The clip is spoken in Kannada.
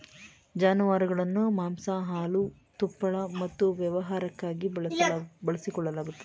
ಜಾನುವಾರುಗಳನ್ನು ಮಾಂಸ ಹಾಲು ತುಪ್ಪಳ ಮತ್ತು ವ್ಯವಸಾಯಕ್ಕಾಗಿ ಬಳಸಿಕೊಳ್ಳಲಾಗುತ್ತದೆ